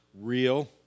real